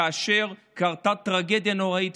כאשר קרתה הטרגדיה הנוראית,